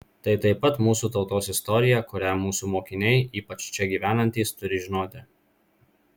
tai taip pat mūsų tautos istorija kurią mūsų mokiniai ypač čia gyvenantys turi žinoti